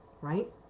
Right